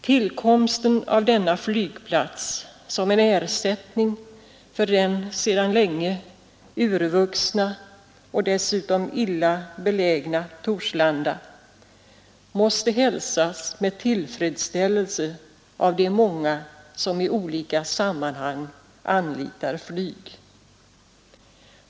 Tillkomsten av denna flygplats såsom en ersättning för den sedan länge urvuxna och dessutom illa belägna Torslanda flygplats måste hälsas med tillfredsställelse av de många som i olika sammanhang anlitar flyg.